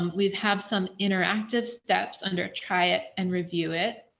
um we've had some interactive steps under try it and review it.